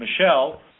Michelle